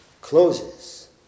closes